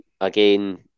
again